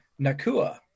Nakua